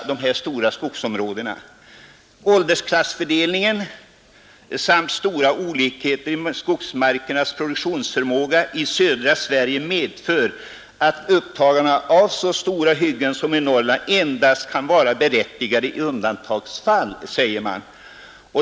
Skogsstyrelsen fortsätter på följande sätt: ”Aktuell åldersklassfördelning jämte stora olikheter i skogsmarkernas produktionsförmåga i södra Sverige medför att upptagande av tillnärmelsevis så stora hyggen som i Norrland endast kan vara berättigat i undantagsfall.